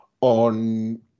on